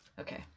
Okay